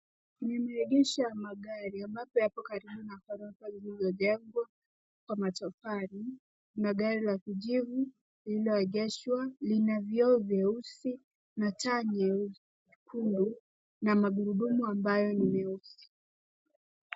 Ni maegesho ya magari ambapo yapo karibu na ghorofa iliyojengwa kwa matofali. Kuna gari la kijivu lililoegeshwa . Lina vioo vyeusi na taa nyekundu na magurudumu ambayo ni meusi.